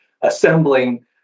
assembling